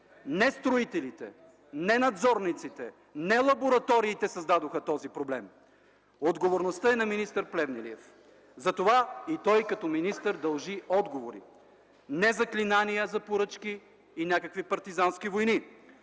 Не строителите, не надзорниците, не лабораториите създадоха този проблем – отговорността е на министър Плевнелиев! Той като министър дължи отговори, не заклинания за поръчки и някакви партизански войни.